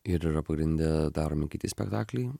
ir yra pagrinde daromi kiti spektakliai